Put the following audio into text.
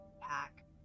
pack